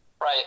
Right